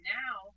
now